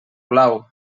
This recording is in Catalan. blau